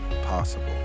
possible